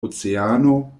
oceano